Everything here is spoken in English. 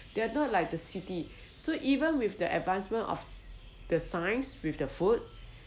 they are not like the city so even with the advancement of the science with the food